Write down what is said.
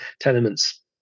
tenements